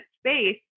space